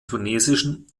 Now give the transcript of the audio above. tunesischen